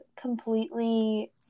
completely